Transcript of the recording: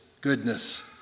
goodness